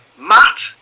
Matt